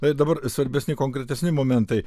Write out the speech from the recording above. na ir dabar svarbesni konkretesni momentai